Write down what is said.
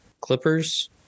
Clippers